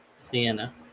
Sienna